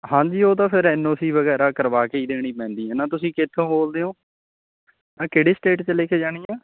ਹਾਂਜੀ ਉਹ ਤਾਂ ਫਿਰ ਐਨ ਓ ਸੀ ਵਗੈਰਾ ਕਰਵਾ ਕੇ ਹੀ ਦੇਣੀ ਪੈਂਦੀ ਹੈ ਨਾ ਤੁਸੀਂ ਕਿੱਥੋਂ ਬੋਲਦੇ ਹੋ ਨਾ ਕਿਹੜੀ ਸਟੇਟ 'ਚ ਲੈ ਕੇ ਜਾਣੀ ਹੈ